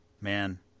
Man